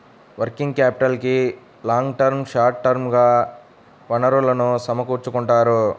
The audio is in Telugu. వర్కింగ్ క్యాపిటల్కి లాంగ్ టర్మ్, షార్ట్ టర్మ్ గా వనరులను సమకూర్చుకుంటారు